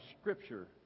Scripture